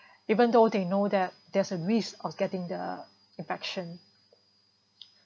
even though they know that there's a risk of getting the infection